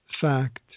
fact